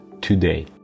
today